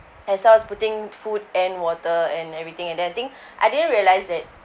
as I was putting food and water and everything and then I think I didn't realise that